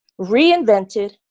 reinvented